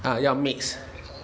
啊要 mix